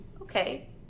okay